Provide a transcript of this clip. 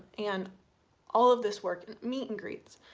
and all of this work. meet and greets,